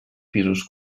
pisos